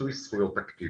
מיצוי זכויות אקטיבי,